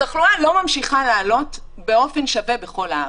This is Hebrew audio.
התחלואה לא ממשיכה לעלות באופן שווה בכל הארץ.